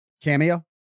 Cameo